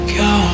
go